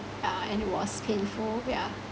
yeah and it was painful yeah